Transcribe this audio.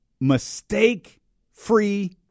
mistake-free